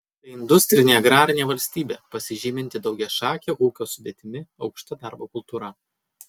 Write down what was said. tai industrinė agrarinė valstybė pasižyminti daugiašake ūkio sudėtimi aukšta darbo kultūra